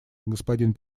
господин